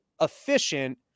efficient